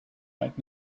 right